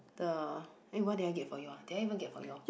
the eh what did I get for you ah did I even get for you all